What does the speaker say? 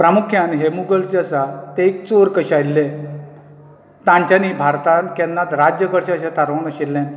प्रामुख्यान हे मुगल्स जे आसा ते एक चोर कशे आयिल्ले तांच्यांनी भारतांत केन्नाच राज्य करचें अशें थारोवंक नाशिल्ले